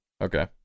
Okay